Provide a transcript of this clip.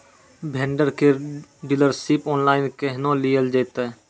Vendor केर dealership online केहनो लियल जेतै?